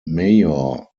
mayor